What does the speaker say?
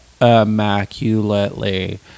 immaculately